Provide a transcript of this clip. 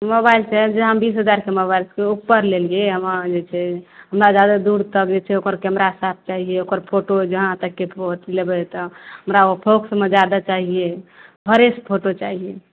mobile छै जे हम बीस हजारके मोबाइल उपर लेलियै हम जे छै हमरा जादा दूर तक जे छै ओकर कैमरा साफ चाहिये ओकर फोटो जहाँ तक केकरो लेबय तऽ हमरा ओ फोक्समे जादा चाहियै फ्रेश फोटो चाहियै